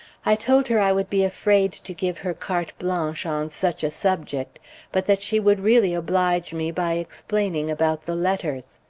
i told her i would be afraid to give her carte blanche on such a subject but that she would really oblige me by explaining about the letters.